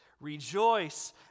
Rejoice